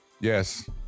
yes